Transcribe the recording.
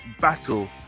battle